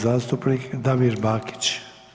zastupnik Damir Bakić.